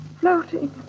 floating